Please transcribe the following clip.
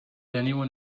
anyone